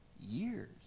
years